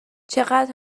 چقدر